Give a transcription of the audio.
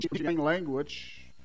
language